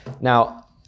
Now